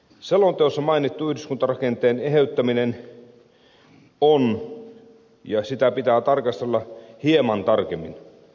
selonteossa mainittua yhdyskuntarakenteen eheyttämistä on syytä tarkastella ja sitä pitää tarkastella hieman tarkemmin